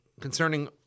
Concerning